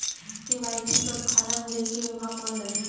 KYC बर form ले के ऊहां कौन लगही?